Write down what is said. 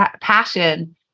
passion